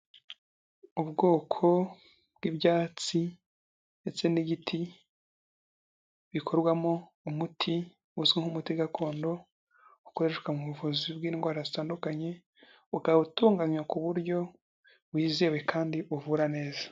Ubwoko bw'ibyatsi ndetse n'igiti bikorwamo umuti uzwi nk'umuti gakondo ukoreshwa mu buvuzi bw'indwara zitandukanye, ukaba utunganywa ku buryo wizewe kandi uvura neza.